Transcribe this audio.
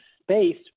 space